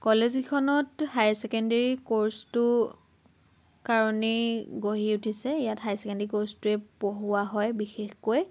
college কেইখনত higher secondary কৰ্চটোৰ কাৰণেই গঢ়ি উঠিছে ইয়াত হায়াৰ ছেকেণ্ডাৰী কৰ্চটোৱে পঢ়োৱা হয় বিশেষকৈ